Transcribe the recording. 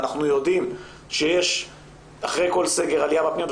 ואנחנו יודעים שיש אחרי כל סגר עלייה בפניות,